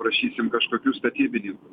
prašysim kažkokių statybininkų